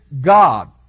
God